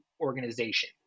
organization